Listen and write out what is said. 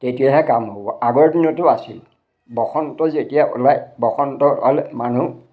তেতিয়াহে কাম হ'ব আগৰ দিনতো আছিল বসন্ত যেতিয়া ওলায় বসন্ত ওলালে মানুহ